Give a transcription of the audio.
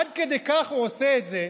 עד כדי כך הוא עושה את זה,